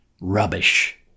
rubbish